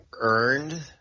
earned